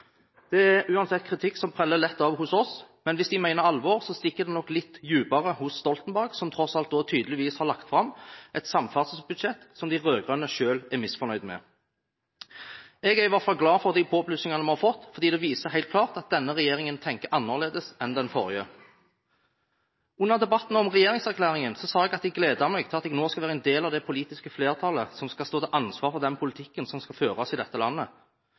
Det er uansett kritikk som preller lett av hos oss, men hvis de mener alvor, stikker det nok litt dypere hos Stoltenberg, som da tross alt tydeligvis har lagt fram et samferdselsbudsjett som de rød-grønne selv er misfornøyd med. Jeg er i hvert fall glad for de påplussingene vi har fått, fordi det viser helt klart at denne regjeringen tenker annerledes enn den forrige. Under debatten om regjeringserklæringen sa jeg at jeg gledet meg «til at jeg nå skal være en del av det politiske flertallet som skal stå til ansvar for den politikken som skal føres i dette landet».